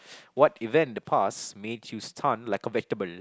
what event in the past made you stun like a vegetable